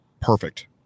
perfect